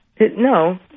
no